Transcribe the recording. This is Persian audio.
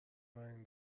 اولین